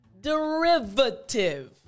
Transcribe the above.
derivative